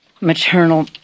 maternal